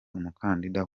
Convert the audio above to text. umukandida